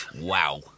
wow